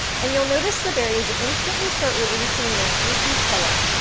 and you'll notice the berries instantly start releasing their inky color.